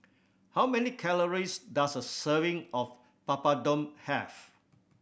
how many calories does a serving of Papadum have